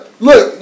Look